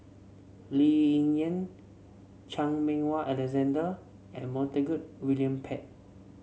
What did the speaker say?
Lee Ying Yen Chan Meng Wah Alexander and Montague William Pett